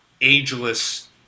ageless